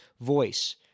voice